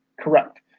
Correct